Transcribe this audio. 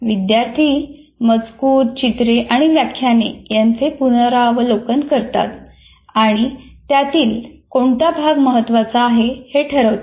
विद्यार्थी मजकूर चित्रे आणि व्याख्याने यांचे पुनरावलोकन करतात आणि त्यातील कोणता भाग महत्त्वाचा आहे हे ठरवतात